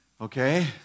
okay